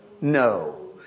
No